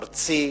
ארצי,